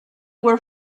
were